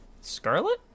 Scarlet